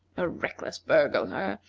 a reckless burglar,